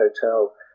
hotel –